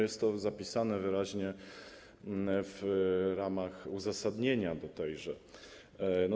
Jest to zapisane wyraźnie w ramach uzasadnienia do tejże ustawy.